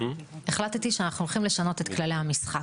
החלטתי שאנחנו הולכים לשנות את כללי המשחק.